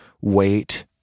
wait